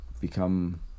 become